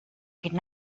could